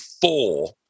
four